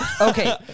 Okay